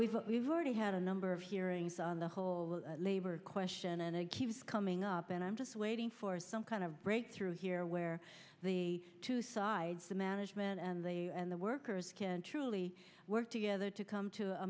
we've we've already had a number of hearings on the whole labor question and it keeps coming up and i'm just waiting for some kind of breakthrough here where the two sides the management and the and the workers can truly work together to come to a